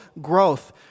growth